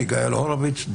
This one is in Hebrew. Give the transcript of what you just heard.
יגאל הורוביץ,